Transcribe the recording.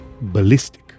ballistic